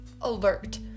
alert